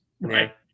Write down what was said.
Right